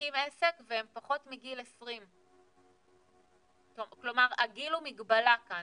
שמחזיקים עסק והם פחות מגיל 20. כלומר הגיל הוא מגבלה כאן,